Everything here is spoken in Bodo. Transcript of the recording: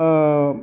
ओह